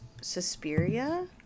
suspiria